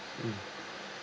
mmhmm